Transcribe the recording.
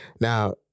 now